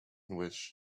wish